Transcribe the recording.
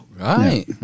Right